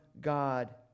God